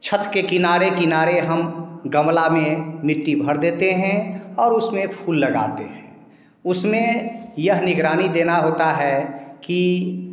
छत के किनारे किनारे हम गमला में मिट्टी भर देते हैं और उसमें फूल लगाते हैं उसमें यह निगरानी देना होता है कि